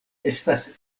estas